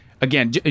again